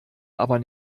aber